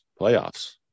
Playoffs